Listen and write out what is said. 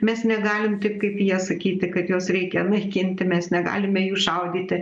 mes negalim taip kaip jie sakyti kad juos reikia naikinti mes negalime jų šaudyti